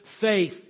faith